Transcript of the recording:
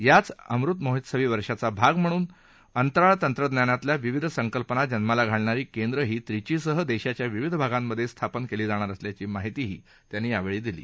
या अमृत महोत्सवीवर्षाचा भाग म्हणून अंतराळ तंत्रज्ञानातल्या विविध संकल्पना जन्माला घालणारी केंद्रही विचीसह देशाच्या विविध भागांमध्ये स्थापन केली जाणार असल्याची माहितीही त्यांनी यावेळी दिली